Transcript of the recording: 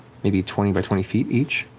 maybe twenty by twenty feet each,